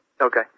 Okay